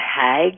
hag